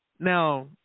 Now